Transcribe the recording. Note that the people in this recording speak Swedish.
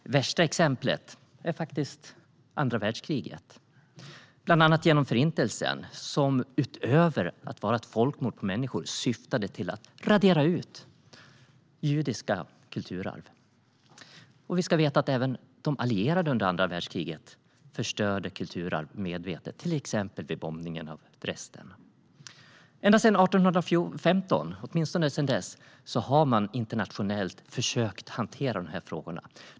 Det värsta exemplet är faktiskt andra världskriget, där Förintelsen, utöver folkmordet på människor, syftade till att radera ut det judiska kulturarvet. Även de allierade under andra världskriget förstörde kulturarv medvetet, till exempel vid bombningen av Dresden. Åtminstone sedan 1815 har man internationellt försökt hantera dessa frågor.